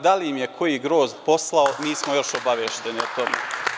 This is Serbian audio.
Da li im je koji grozd poslao, nismo još obavešteni o tome.